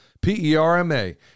P-E-R-M-A